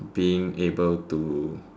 being able to